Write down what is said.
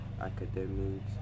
academics